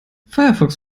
firefox